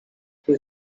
his